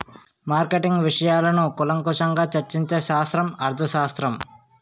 marketing విషయాలను కూలంకషంగా చర్చించే శాస్త్రం అర్థశాస్త్రం